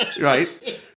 Right